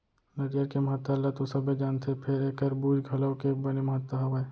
नरियर के महत्ता ल तो सबे जानथें फेर एकर बूच घलौ के बने महत्ता हावय